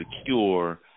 secure